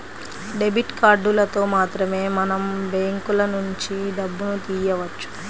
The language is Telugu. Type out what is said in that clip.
డెబిట్ కార్డులతో మాత్రమే మనం బ్యాంకులనుంచి డబ్బును తియ్యవచ్చు